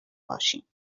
باشیم